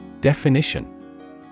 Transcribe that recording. Definition